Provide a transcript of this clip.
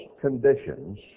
conditions